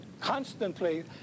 constantly